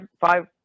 five